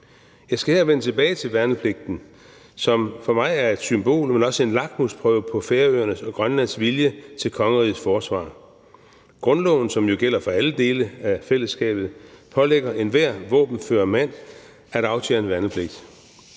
Jeg skal her vende tilbage til værnepligten, som for mig er et symbol, men også en lakmusprøve på Færøernes og Grønlands vilje til kongerigets forsvar. Grundloven, som jo gælder for alle dele af fællesskabet, pålægger enhver våbenfør mand at aftjene værnepligt.